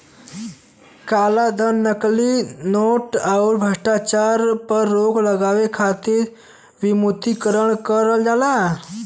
कालाधन, नकली नोट, आउर भ्रष्टाचार पर रोक लगावे खातिर विमुद्रीकरण करल जाला